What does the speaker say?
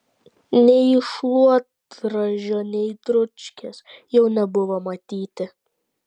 nei šluotražio nei dručkės jau nebuvo matyti